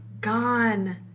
gone